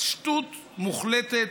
שטות מוחלטת,